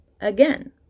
Again